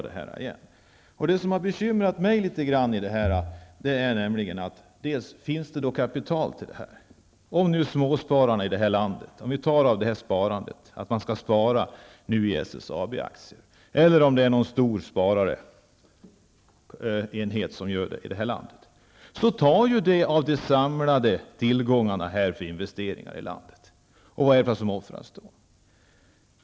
Det som har bekymrat mig är frågan om det finns kapital till det här. Är det nu småspararna som skall betala, som skall spara i SSAB-aktier, eller är det någon stor sparenhet som skall göra det? Det tas ju av de samlade tillgångarna för investeringar i landet, och vad är det då som offras?